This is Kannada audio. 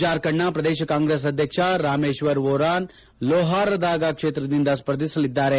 ಜಾರ್ಖಂಡನ ಪ್ರದೇಶ ಕಾಂಗ್ರೆಸ್ ಅಧ್ಯಕ್ಷ ರಾಮೇಶ್ವರ್ ಓರಾನ್ ಲೋಹಾರದಾಗ ಕ್ಷೇತ್ರದಿಂದ ಸ್ಪರ್ಧಿಸಲಿದ್ದಾರೆ